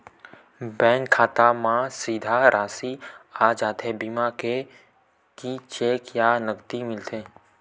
Bank खाता मा सीधा राशि आ जाथे बीमा के कि चेक या नकदी मिलथे?